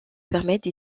permettre